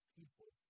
people